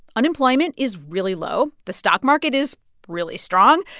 unemployment is really low. the stock market is really strong.